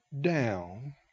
down